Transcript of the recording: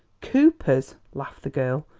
cooper's? laughed the girl.